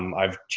um i've,